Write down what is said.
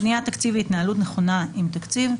בניית תקציב והתנהלות נכונה עם תקציב,